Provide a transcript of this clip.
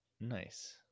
nice